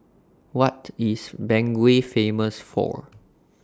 What IS Bangui Famous For